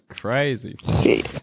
crazy